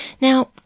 Now